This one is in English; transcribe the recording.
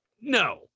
No